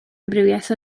amrywiaeth